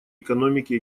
экономики